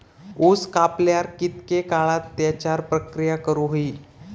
ऊस कापल्यार कितके काळात त्याच्यार प्रक्रिया करू होई?